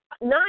nine